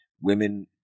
women